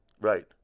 right